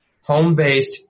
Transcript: home-based